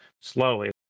slowly